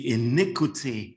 iniquity